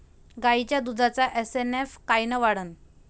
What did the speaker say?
गायीच्या दुधाचा एस.एन.एफ कायनं वाढन?